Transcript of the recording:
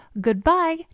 goodbye